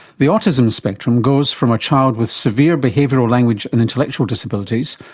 the autism spectrum goes from a child with severe behavioural, language and intellectual disabilities,